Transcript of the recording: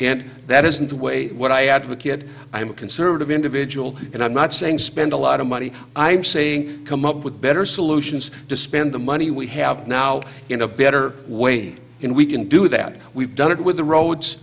and that isn't the way what i advocate i'm a conservative individual and i'm not saying spend a lot of money i'm saying come up with better solutions to spend the money we have now in a better way and we can do that we've done it with the